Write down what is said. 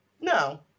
No